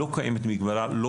לא קיימת מגבלה לכניסה ללימודים,